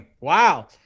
Wow